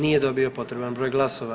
Nije dobio potreban broj glasova.